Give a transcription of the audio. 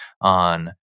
on